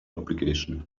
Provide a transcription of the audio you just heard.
obligation